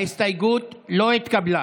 ההסתייגות לא התקבלה.